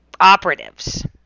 operatives